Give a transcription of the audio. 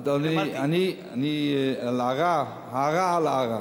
אדוני, הערה על ההערה.